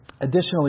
Additionally